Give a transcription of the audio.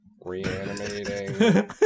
reanimating